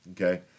okay